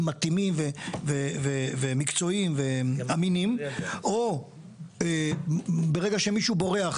מתאימים ומקצועיים ואמינים; או ברגע שמישהו בורח